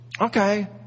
okay